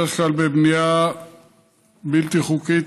בדרך כלל בבנייה בלתי חוקית,